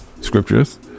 scriptures